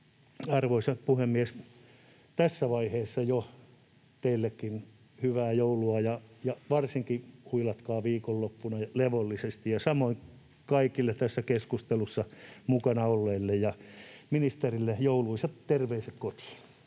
arvoisa puhemies, tässä vaiheessa jo teillekin hyvää joulua, ja varsinkin huilatkaa viikonloppuna levollisesti. Samoin kaikille tässä keskustelussa mukana olleille ja ministerille jouluisat terveiset kotiin!